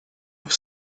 have